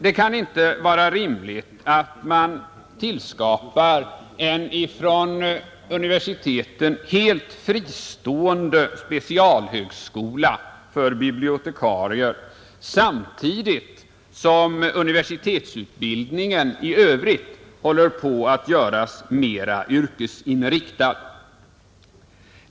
Det kan inte vara rimligt att man tillskapar en från universiteten helt fristående specialhögskola för bibliotekarier samtidigt som universitetsutbildningen i övrigt håller på att göras mera yrkesinriktad.